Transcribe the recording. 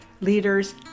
leaders